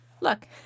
look